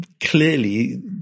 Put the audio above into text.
clearly